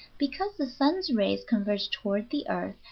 because the sun's rays converge toward the earth,